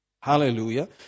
Hallelujah